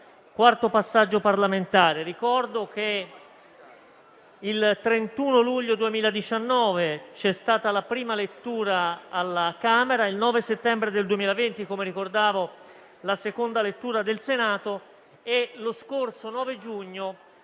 quarto passaggio parlamentare. Ricordo che il 31 luglio 2019 c'è stata la prima lettura alla Camera, il 9 settembre del 2020, come ricordavo, la seconda lettura del Senato e lo scorso 9 giugno